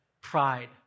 pride